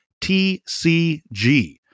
tcg